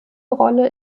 rolle